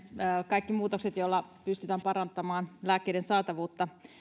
kaikki muutokset joilla pystytään parantamaan lääkkeiden saatavuutta